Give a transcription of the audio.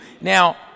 Now